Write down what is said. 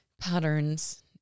patterns